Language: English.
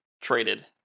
traded